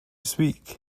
speak